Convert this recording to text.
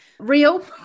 real